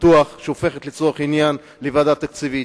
שהופכת לצורך זה לוועדה תקציבית,